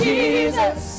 Jesus